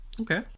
Okay